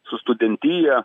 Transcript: su studentija